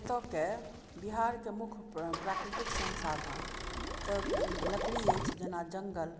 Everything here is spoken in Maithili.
एतऽ के बिहारके मुख्य प्राकृतिक संसाधन तऽ लकड़ी अछि जेना जंगल